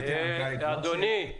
אדוני,